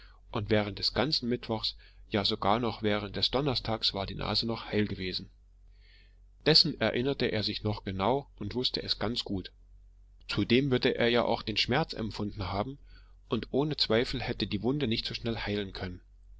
und während des ganzen mittwochs ja sogar noch während des donnerstags war die nase noch heil gewesen dessen erinnerte er sich noch genau und wußte es ganz gut zudem würde er ja auch den schmerz empfunden haben und ohne zweifel hätte die wunde nicht so schnell heilen können